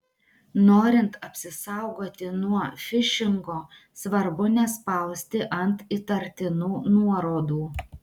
norint apsisaugoti nuo fišingo svarbu nespausti ant įtartinų nuorodų